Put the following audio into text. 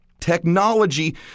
Technology